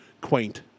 quaint